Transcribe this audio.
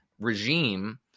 regime